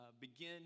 begin